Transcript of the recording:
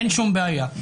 אין שום בעיה.